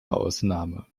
ausnahme